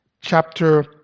chapter